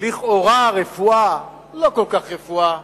לכאורה רפואה, לא כל כך רפואה,